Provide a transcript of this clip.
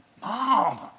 Mom